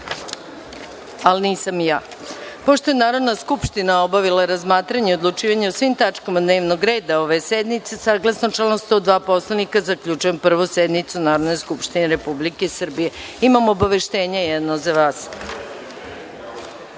Poslovnika. Pošto je Narodna skupština obavila razmatranje i odlučivanje o svim tačkama dnevnog reda ove sednice, saglasno članu 102. Poslovnika, zaključujem Prvu sednicu Narodne skupštine Republike Srbije. Imam jedno obaveštenje za